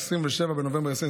27 בנובמבר 2023,